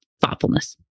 thoughtfulness